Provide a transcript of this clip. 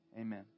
Amen